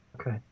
Okay